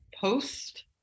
Post